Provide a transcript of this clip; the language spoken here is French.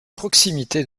proximité